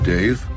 Dave